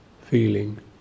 feeling